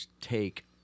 take